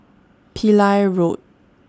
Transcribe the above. Pillai Road